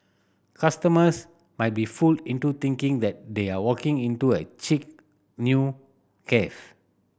customers might be fooled into thinking that they are walking into a chic new cafe